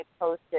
posted